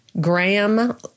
Graham